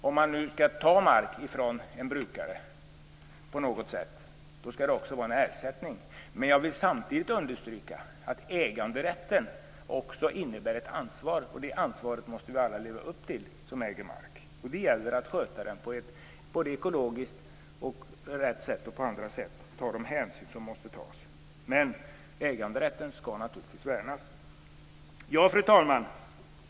Om man nu skall ta mark från en brukare på något sätt skall det också vara en ersättning. Jag vill samtidigt understryka att äganderätten också innebär ett ansvar. Det ansvaret måste vi alla leva upp till som äger mark. Det gäller att sköta den på ett ekologiskt rätt sätt och på andra sätt och ta de hänsyn som måste tas. Men äganderätten skall naturligtvis värnas. Fru talman!